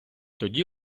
тоді